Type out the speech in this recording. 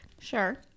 sure